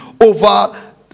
over